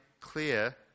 clear